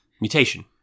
Mutation